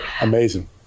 Amazing